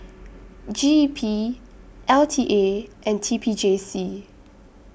G E P L T A and T P J C